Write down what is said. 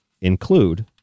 include